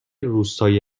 روستای